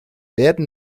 werden